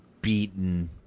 beaten